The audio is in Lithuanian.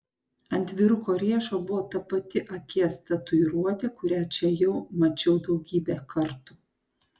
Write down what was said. ant vyruko riešo buvo ta pati akies tatuiruotė kurią čia jau mačiau daugybę kartų